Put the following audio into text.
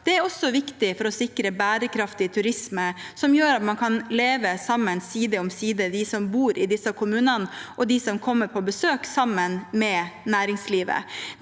er også viktig for å sikre en bærekraftig turisme som gjør at man kan leve sammen side om side – vi som bor i disse kommunene, og de som kommer på besøk, sammen med næringslivet.